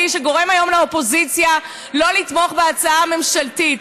שגורם היום לאופוזיציה לא לתמוך בהצעה הממשלתית.